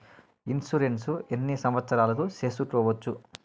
Insurance ఎన్ని సంవత్సరాలకు సేసుకోవచ్చు?